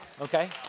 Okay